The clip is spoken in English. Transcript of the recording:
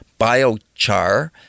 biochar